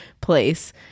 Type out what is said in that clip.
place